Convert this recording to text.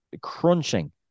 crunching